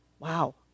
Wow